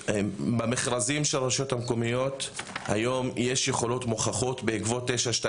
במכרזים של הרשויות המקומיות היום יש יכולות מוכחות בעקבות 922,